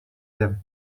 them